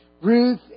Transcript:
Ruth